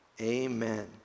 Amen